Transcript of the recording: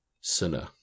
Sinner